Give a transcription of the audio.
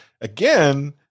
Again